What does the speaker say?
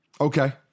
Okay